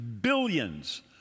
billions